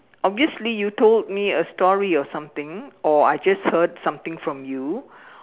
obviously you told me a story or something or I just heard something from you